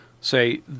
say